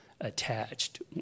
attached